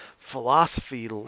Philosophy